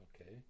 Okay